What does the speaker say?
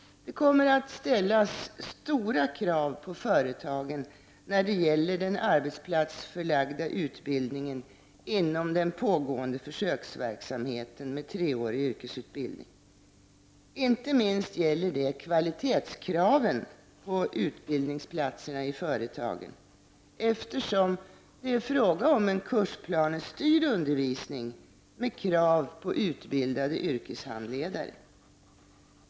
Det kommer att ställas stora krav på företagen när det gäller den arbetsplatsförlagda utbildningen inom den pågående försöksverksamheten med treårig yrkesutbildning. Inte minst gäller detta kvalitetskraven på utbildningsplatserna i företagen, eftersom det är fråga om en kursplanestyrd undervisning med krav på utbildade yrkeshandledare.